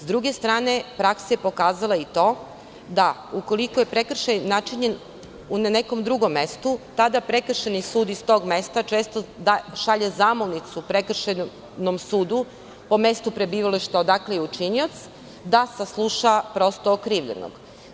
Sa druge strane, praksa je pokazala i to da ukoliko je prekršaj načinjen na nekom drugom mestu, tada prekršajni sud iz tog mesta često šalje zamolnicu prekršajnom sudu po mestu prebivališta odakle je učinilac, da prosto sasluša okrivljenog.